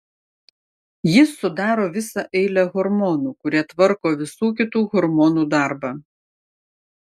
jis sudaro visą eilę hormonų kurie tvarko visų kitų hormonų darbą